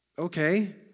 Okay